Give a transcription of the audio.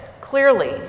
clearly